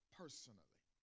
personally